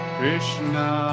Krishna